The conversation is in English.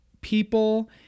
people